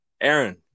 Aaron